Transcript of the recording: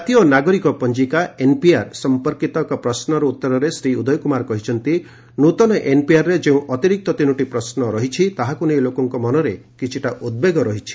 ଜାତୀୟ ନାଗରିକ ପଞ୍ଜିକା ଏନ୍ପିଆର ସଂପର୍କିତ ଏକ ପ୍ରଶ୍ୱର ଉଉରରେ ଶ୍ରୀ ଉଦୟକୁମାର କହିଛନ୍ତି ନୂତନ ଏନ୍ପିଆର ରେ ଯେଉଁ ଅତିରିକ୍ତ ତିନୋଟି ପ୍ରଶ୍ୱ ରହିଛି ତାହାକୁ ନେଇ ଲୋକଙ୍କ ମନରେ କିଛିଟା ଉଦ୍ବେଗ ରହିଛି